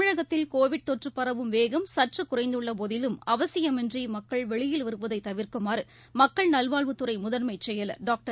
தமிழகத்தில் கோவிட் தொற்று பரவும் வேகம் சற்றுகுறைந்துள்ளபோதிலும்அவசியமின்றிமக்கள் வருவதைதவிர்க்குமாறுமக்கள் நல்வாழ்வுத்துறைமுதன்மைச் செயலர் டாக்டர்